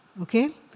Okay